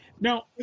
Now